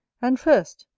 and first,